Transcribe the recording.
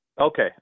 Okay